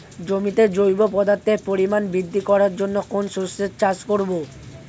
জমিতে জৈব পদার্থের পরিমাণ বৃদ্ধি করার জন্য কোন শস্যের চাষ করবো?